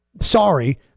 Sorry